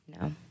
No